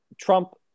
trump